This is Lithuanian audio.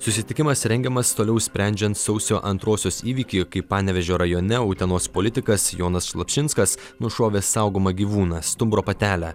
susitikimas rengiamas toliau sprendžiant sausio antrosios įvykį kai panevėžio rajone utenos politikas jonas slapšinskas nušovė saugomą gyvūną stumbro patelę